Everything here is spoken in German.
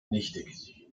nichtig